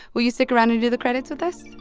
will you stick around and do the credits with us?